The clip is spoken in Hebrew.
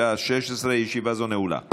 לוועדה הזמנית לענייני כספים נתקבלה.